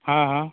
हँ हँ